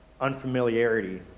unfamiliarity